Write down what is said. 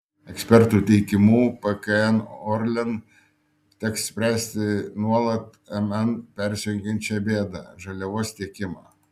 ekspertų teigimu pkn orlen teks spręsti nuolat mn persekiojančią bėdą žaliavos tiekimą